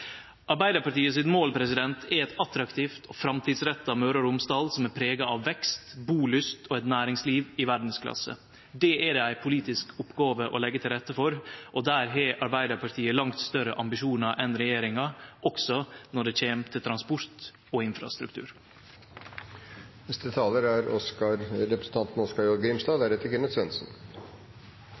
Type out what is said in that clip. Arbeidarpartiet sitt mål er eit attraktivt og framtidsretta Møre og Romsdal som er prega av vekst, bulyst og eit næringsliv i verdsklasse. Det er det ei politisk oppgåve å leggje til rette for, og der har Arbeidarpartiet langt større ambisjonar enn regjeringa – også når det kjem til transport og infrastruktur. Dette er